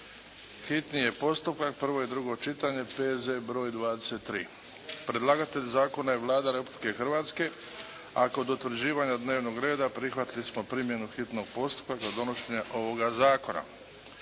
hitni postupak, prvo i drugo čitanje P.Z. br. 23.; Predlagatelj Zakona je Vlada Republike Hrvatske. A kod utvrđivanja Dnevnog reda prihvatili smo primjenu hitnog postupka za donošenje ovoga Zakona.